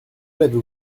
l’avez